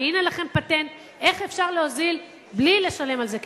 והנה לכם פטנט איך אפשר להוזיל בלי לשלם על זה כסף.